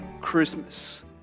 Christmas